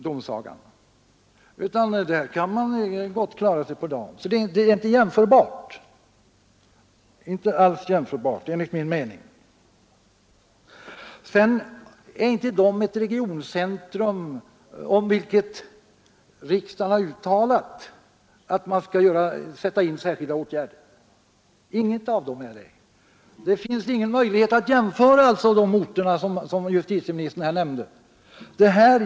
Dessutom är ingen av dessa orter sådant regioncentrum om vilket riksdagen har uttalat att man skall sätta in särskilda åtgärder. Det finns alltså ingen möjlighet att jämföra Ljusdal med de orter, som justieiministern här nämnde.